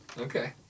Okay